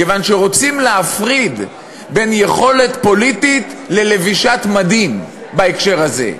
כיוון שרוצים להפריד בין יכולת פוליטית ללבישת מדים בהקשר הזה.